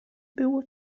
było